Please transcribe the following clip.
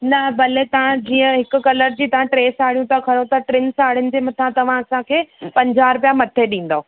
न भले तव्हां जीअं हिक कलर जी तव्हां टे साड़ियूं था खणो त टिनि साड़ियुनि जे मथां तव्हां असांखे पंजाहु रुपिया मथे ॾींदव